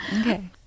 Okay